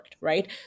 right